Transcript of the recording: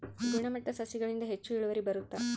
ಗುಣಮಟ್ಟ ಸಸಿಗಳಿಂದ ಹೆಚ್ಚು ಇಳುವರಿ ಬರುತ್ತಾ?